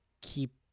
keep